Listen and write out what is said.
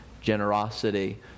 generosity